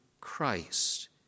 Christ